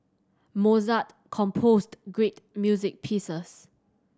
Mozart composed great music pieces